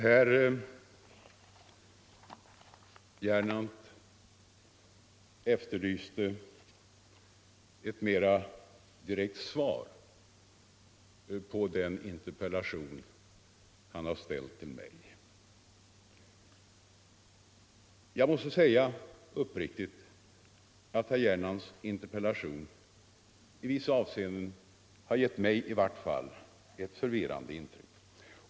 Herr Gernandt efterlyste ett mera direkt svar på den interpellation han ställt till mig. Jag måste uppriktigt säga att herr Gernandts interpellation i vissa avseenden har gett mig ett förvirrande intryck.